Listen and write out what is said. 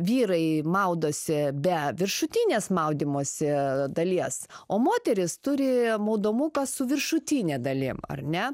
vyrai maudosi be viršutinės maudymosi dalies o moterys turi maudomuką su viršutine dalim ar ne